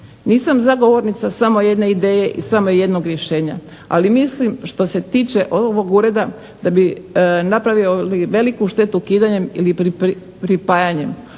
Nisam zagovornica samo jedne ideje i samo jednog rješenja ali mislim što se tiče ovog ureda da bi napravili veliku štetu ukidanjem ili pripajanjem.